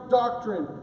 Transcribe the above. doctrine